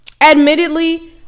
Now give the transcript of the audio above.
Admittedly